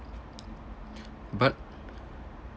but